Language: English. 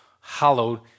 hallowed